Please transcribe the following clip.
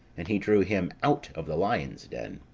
and he drew him out of the lions' den.